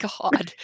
god